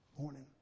morning